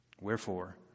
Wherefore